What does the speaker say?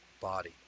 body